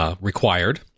Required